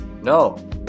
No